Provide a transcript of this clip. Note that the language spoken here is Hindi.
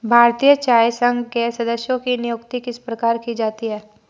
भारतीय चाय संघ के सदस्यों की नियुक्ति किस प्रकार की जाती है?